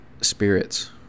spirits